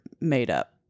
made-up